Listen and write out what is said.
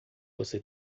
você